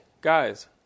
Guys